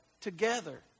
together